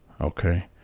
Okay